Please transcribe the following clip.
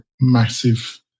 massive